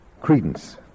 credence